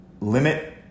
limit